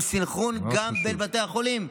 עם סנכרון גם בין בתי החולים,